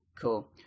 Cool